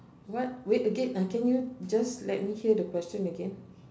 what wait again uh can you just let me hear the question again